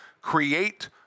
create